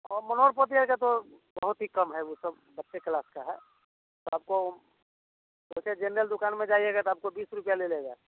और तो बहुत ही कम है वो सब बच्चे क्लास का है तो आपको वैसे जेनरल दुकान में जाइएगा तो आपको बीस रुपया ले लेगा